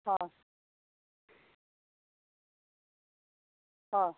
অ' অ'